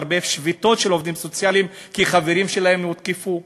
יש הרבה שביתות של עובדים סוציאליים כי חברים שלהם הותקפו,